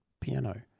piano